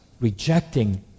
rejecting